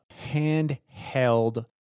handheld